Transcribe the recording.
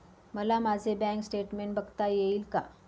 मला माझे bank statement बघता येईल का?